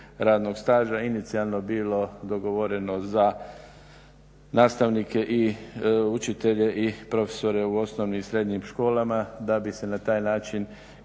radnog staža inicijalno bilo dogovoreno za nastavnike i učitelje i profesore u osnovnim i srednjim školama da bi se na taj način